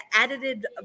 edited